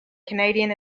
canadian